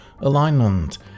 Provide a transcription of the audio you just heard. Alignment